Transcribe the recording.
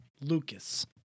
Lucas